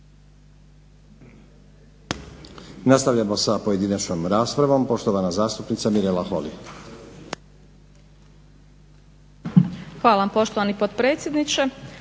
Nastavljamo sa pojedinačnom raspravom. Poštovana zastupnica Mirela Holy. **Holy, Mirela (SDP)** Hvala vam poštovani potpredsjedniče.